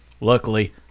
Luckily